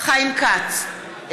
חיים כץ,